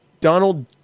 Donald